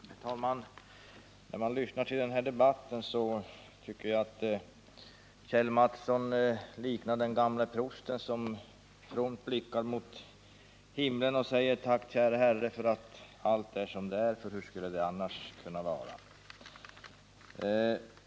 Herr talman! När jag lyssnar på denna debatt tycker jag att Kjell Mattsson liknar den gamle prosten, som fromt blickar mot himlen och säger: Tack, käre Herre, för hur det är, för hur skulle det annars kunna vara?